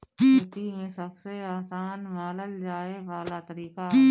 खेती में सबसे आसान मानल जाए वाला तरीका हवे